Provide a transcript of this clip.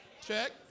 Check